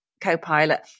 co-pilot